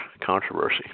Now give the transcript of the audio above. controversy